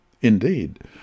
Indeed